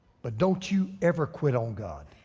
but don't you ever quit on god?